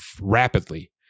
rapidly